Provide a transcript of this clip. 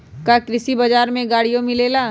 का कृषि बजार में गड़ियो मिलेला?